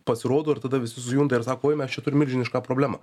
pasirodo ir tada visi sujunda ir sako oi mes čia turim milžinišką problemą